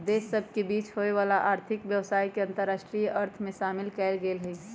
देश सभ के बीच होय वला आर्थिक व्यवसाय के अंतरराष्ट्रीय अर्थ में शामिल कएल गेल हइ